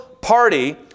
party